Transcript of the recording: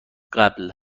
قبل